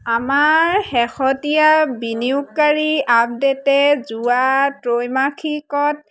আমাৰ শেহতীয়া বিনিয়োগকাৰী আপডেটে যোৱা ত্ৰৈমাসিকত